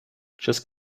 just